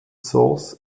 source